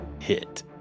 Hit